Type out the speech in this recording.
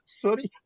sorry